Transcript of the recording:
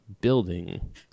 building